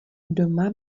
doma